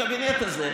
בקבינט הזה,